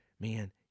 Man